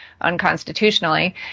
unconstitutionally